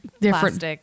Different